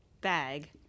bag